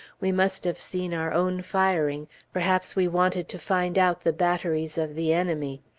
we must have seen our own firing perhaps we wanted to find out the batteries of the enemy.